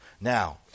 Now